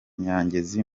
nyangezi